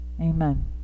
amen